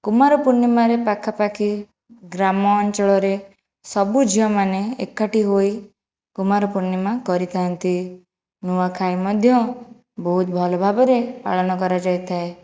କୁମାର ପୂର୍ଣ୍ଣିମାରେ ପାଖାପାଖି ଗ୍ରାମ ଅଞ୍ଚଳରେ ସବୁ ଝିଅମାନେ ଏକାଠି ହୋଇ କୁମାର ପୂର୍ଣ୍ଣିମା କରିଥାନ୍ତି ନୂଆଖାଇ ମଧ୍ୟ ବହୁତ ଭଲ ଭାବରେ ପାଳନ କରାଯାଇଥାଏ